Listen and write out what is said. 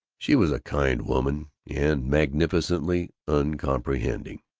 she was a kind woman and magnificently uncomprehending.